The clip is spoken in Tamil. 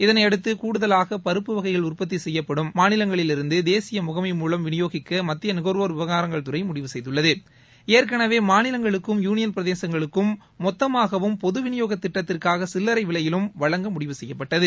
இதனையடுத்து கூடுதலாக பருப்பு வகைகள் உற்பத்தி செய்யப்படும் மாநிலங்களிலிருந்து தேசிய முகமை மூலம் விநியோகிக்க மத்திய நுகர்வோர் விவகாரங்கள் துறை முடிவு செய்துள்ளது ஏற்கனவே மாநிலங்களுக்கும் மற்றும் யூனியன் பிரதேசங்களுக்கும் மொத்தமாகவும் பொது விநியோகத் திட்டத்திற்காக சில்லரை விலையிலும் வழங்க முடிவுசெய்யப்பட்டது